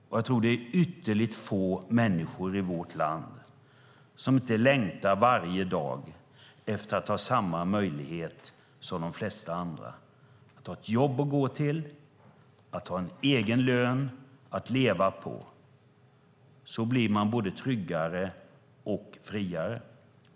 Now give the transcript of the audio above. Jag tror att det är ytterligt få av dessa människor i vårt land som inte längtar varje dag efter att ha samma möjlighet som de flesta andra att ha ett jobb att gå till och en egen lön att leva på. Så blir man både tryggare och friare.